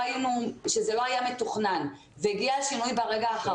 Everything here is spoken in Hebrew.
שזה לא היה מתוכנן והגיע השינוי ברגע האחרון,